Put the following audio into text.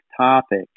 topic